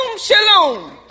shalom